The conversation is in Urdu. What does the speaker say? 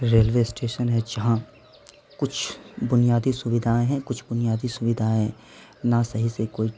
ریلوے اسٹیشن ہے جہاں کچھ بنیادی سویدھائیں ہیں کچھ بنیادی سویدھائیں نہ صحیح سے کوئی